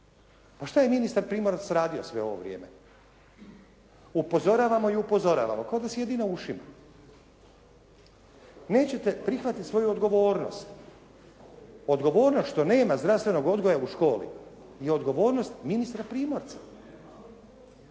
Pa šta je ministar Primorac radio sve ovo vrijeme? Upozoravamo i upozoravamo. Kao da sjedi na ušima. Nećete prihvatiti svoju odgovornost. Odgovornost što nema zdravstvenog odgoja u školi je odgovornost ministra Primorca.